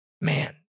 Man